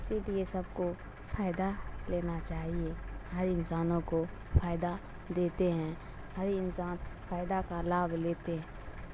اسی لیے سب کو فائدہ لینا چاہیے ہر انسانوں کو فائدہ دیتے ہیں ہر انسان فائدہ کا لابھ لیتے ہیں